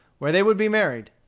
where they would be married.